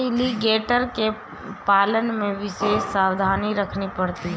alligator के पालन में विशेष सावधानी रखनी पड़ती है